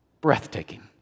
Breathtaking